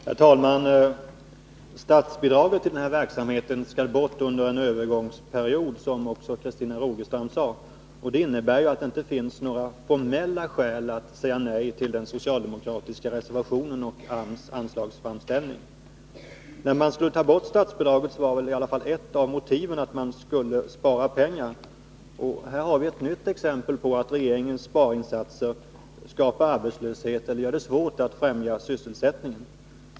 Herr talman! Statsbidraget till den här verksamheten skall tas bort under en övergångsperiod, som också Christina Rogestam sade. Det innebär att det inte finns formella skäl att säga nej till den socialdemokratiska reservationen och AMS anslagsframställning. När statsbidraget skulle tas bort var ett av motiven att man skulle spara pengar. Och här har vi ett nytt exempel på att regeringens sparinsatser skapar arbetslöshet eller gör det svårt att främja sysselsättningen.